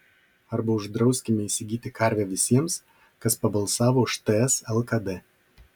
arba uždrauskime įsigyti karvę visiems kas pabalsavo už ts lkd